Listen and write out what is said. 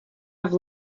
have